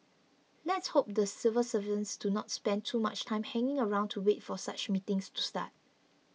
let's hope the civil servants do not spend too much time hanging around to wait for such meetings to start